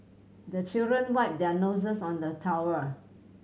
the children wipe their noses on the towel